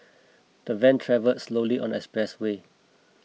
the van travelled slowly on the expressway